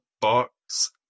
box